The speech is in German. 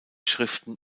schriften